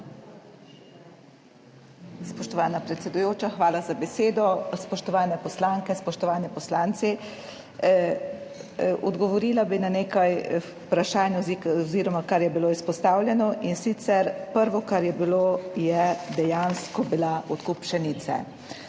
Spoštovana predsedujoča, hvala za besedo. Spoštovane poslanke, spoštovani poslanci! Odgovorila bi na nekaj vprašanj oziroma na to, kar je bilo izpostavljeno, in sicer prvi je bil dejansko odkup pšenice.